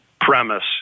premise